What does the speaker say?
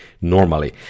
normally